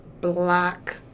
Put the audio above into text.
black